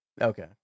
Okay